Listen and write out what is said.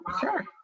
Sure